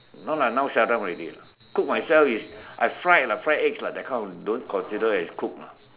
no lah now shut down already lah cook myself is I fry lah fry eggs lah that kind don't consider as cook lah